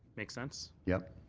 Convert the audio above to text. make sense? yeah.